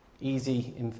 easy